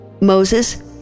Moses